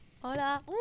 Hola